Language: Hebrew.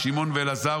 שמעון ואלעזר,